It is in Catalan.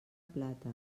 plata